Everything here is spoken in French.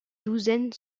douzaine